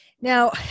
Now